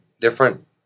different